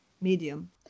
medium